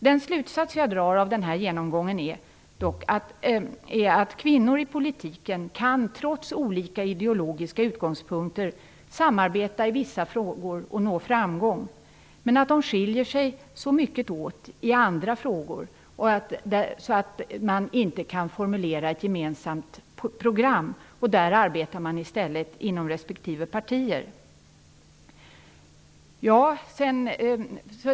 Den slutsats jag drar av den här genomgången är att kvinnor i politiken trots olika ideologiska utgångspunkter kan samarbeta i vissa frågor och nå framgång, men att de skiljer sig så mycket åt i andra frågor att man inte kan formulera ett gemensamt program. Där arbetar man i stället inom respektive parti.